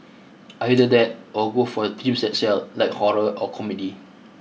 either that or go for themes that sell like horror or comedy